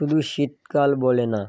শুধু শীতকাল বলে না